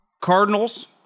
Cardinals